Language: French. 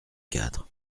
quatre